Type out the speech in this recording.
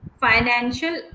financial